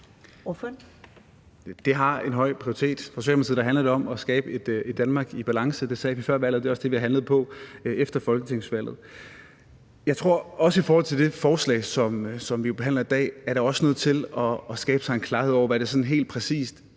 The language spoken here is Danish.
Det har en høj prioritet. For Socialdemokratiet handler det om at skabe et Danmark i balance. Det sagde vi før valget, og det er også det, vi har handlet på efter folketingsvalget. Jeg tror – også i forhold til det forslag, som vi jo behandler i dag – at man også er nødt til at skabe en klarhed over, hvad det sådan helt præcist